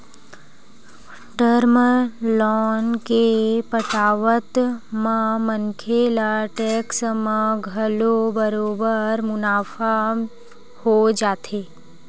term loan के पटावत म मनखे ल टेक्स म घलो बरोबर मुनाफा हो जाथे